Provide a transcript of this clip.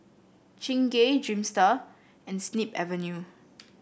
Chingay Dreamster and Snip Avenue